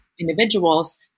individuals